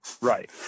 Right